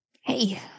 Hey